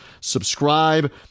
Subscribe